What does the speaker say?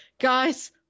Guys